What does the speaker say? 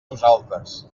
nosaltres